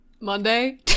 Monday